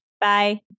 Bye